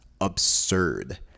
absurd